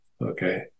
Okay